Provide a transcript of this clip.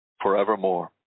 forevermore